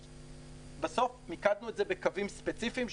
בסוף מיקדנו את זה בקווים ספציפיים,